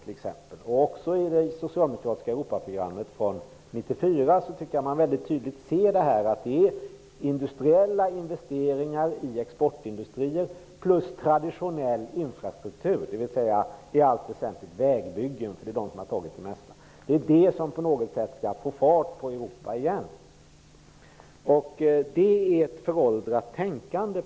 I bl.a. det socialdemokratiska Europaprogrammet från 1994 ser man väldigt tydligt att det är industriella investeringar i exportindustrier plus i traditionell infrastruktur, dvs. i allt väsentligt vägbyggen, som har tagit det mesta i anspråk. Det är detta som skall få fart på Europa igen. Jag påstår att det är ett föråldrat tänkande.